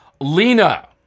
Lena